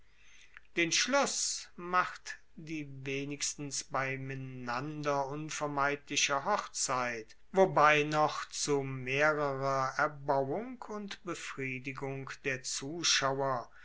den schluss macht die wenigstens bei menander unvermeidliche hochzeit wobei noch zu mehrerer erbauung und befriedigung der zuschauer